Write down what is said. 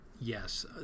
Yes